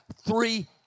three